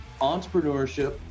entrepreneurship